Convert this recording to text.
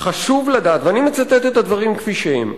"חשוב לדעת" ואני מצטט את הדברים כפי שהם,